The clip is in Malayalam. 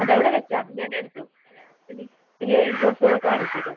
അതവിടെ വെച്ചോ അത് ഞാനെടുത്തു ഇനി ഇനിയൊരു ഡ്രസ് കൂടെ കാണിച്ച് തരുവോ